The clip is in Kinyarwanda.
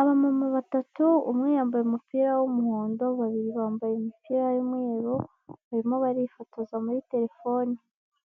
Abamama batatu, umwe yambaye umupira w'umuhondo, babiri bambaye imipira y'umweru, barimo barifotoza muri terefone.